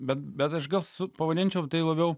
bet aš nesu pavadinčiau tai labiau